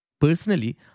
Personally